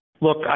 Look